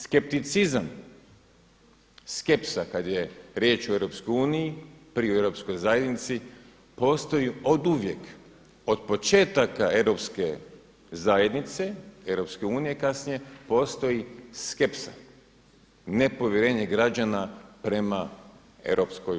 Skepticizam, skepsa kad je riječ o EU, pri Europskoj zajednici postoji oduvijek od početaka Europske zajednice, Europske unije kasnije, postoji skepsa, nepovjerenje građana prema EU.